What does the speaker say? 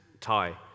Thai